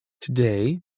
Today